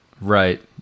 Right